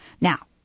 now